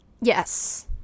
Yes